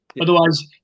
Otherwise